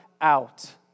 out